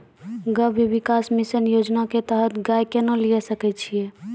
गव्य विकास मिसन योजना के तहत गाय केना लिये सकय छियै?